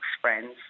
friends